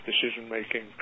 decision-making